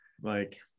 like-